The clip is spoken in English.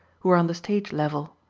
who are on the stage level,